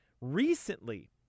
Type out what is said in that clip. Recently